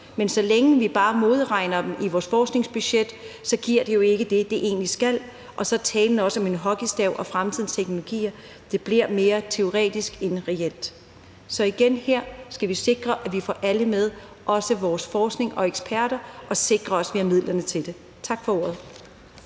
Men så længe vi bare modregner dem i vores forskningsbudget, så giver de jo ikke det, de egentlig skal, og så bliver talen om en hockeystav og fremtidens teknologier mere teoretisk end reel. Så igen vil jeg sige, at vi skal sikre, at vi får alle med, også vores forskning og eksperter – og også sikre, at vi har midlerne til det. Tak for ordet.